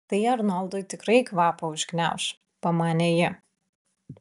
tai arnoldui tikrai kvapą užgniauš pamanė ji